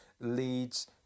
leads